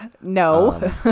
no